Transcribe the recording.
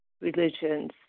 religions